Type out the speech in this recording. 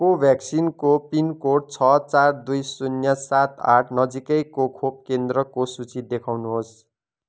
कोभ्याक्सिनको pincode छ चार दुई शून्य सात आठ नजिकैको खोप केन्द्रको सूची देखाउनुहोस्